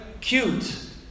Cute